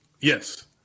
Yes